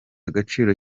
agaciro